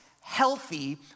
healthy